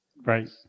Right